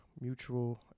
Mutual